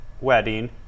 wedding